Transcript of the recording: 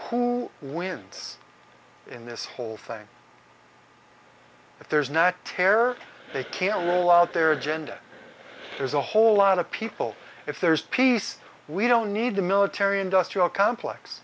who wins in this whole thing if there's not terror they can roll out their agenda there's a whole lot of people if there's peace we don't need the military industrial complex